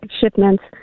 shipments